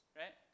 right